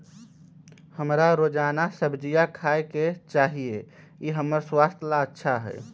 हमरा रोजाना सब्जिया खाय के चाहिए ई हमर स्वास्थ्य ला अच्छा हई